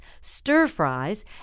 stir-fries